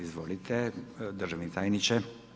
Izvolite državni tajniče.